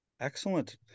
Excellent